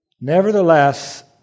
Nevertheless